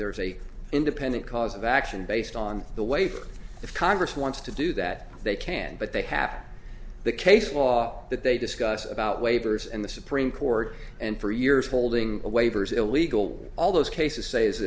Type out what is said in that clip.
there is a independent cause of action based on the way the congress wants to do that they can but they have the case law that they discuss about waivers and the supreme court and for years holding a waivers illegal all those cases say is